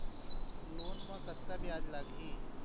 Loan म कतका ब्याज लगही?